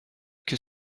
que